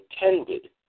intended